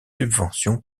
subvention